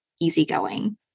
easygoing